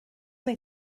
wnei